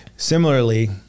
similarly